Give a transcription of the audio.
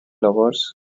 lovers